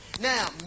Now